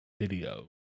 video